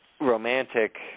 romantic